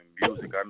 music